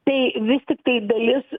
tai vis tiktai dalis